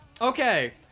Okay